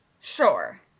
Sure